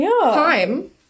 time